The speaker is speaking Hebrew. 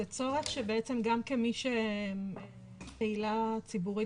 זה צורך שבעצם גם כמי שפעילה ציבורית